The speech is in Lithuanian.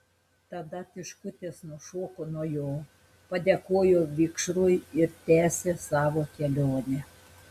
tada tiškutės nušoko nuo jo padėkojo vikšrui ir tęsė savo kelionę